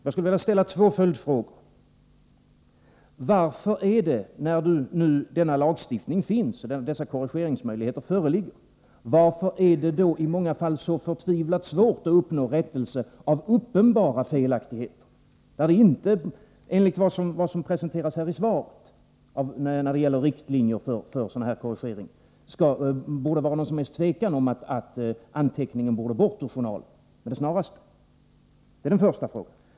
När nu denna lagstiftning och dessa korrigeringsmöjligheter föreligger, varför är det då i många fall så förtvivlat svårt att uppnå rättelse av uppenbara felaktigheter? Det är den första frågan. Det gäller fall där det enligt de riktlinjer för sådana korrigeringar som presenteras i svaret inte borde råda någon som helst tvekan om att anteckningen skall bort från journalen med det snaraste.